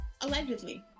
allegedly